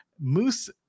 Moose